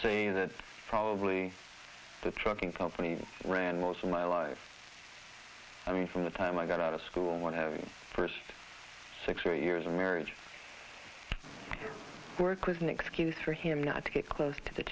say that probably the trucking company ran most of my life kid i mean from the time i got out of school one having first six or eight years of marriage so work was an excuse for him not to get close to the